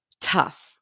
tough